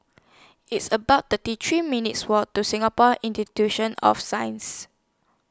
It's about thirty three minutes' Walk to Singapore Institution of Sciences